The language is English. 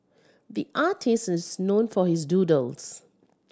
the artist is known for his doodles